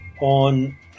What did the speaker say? on